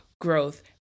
growth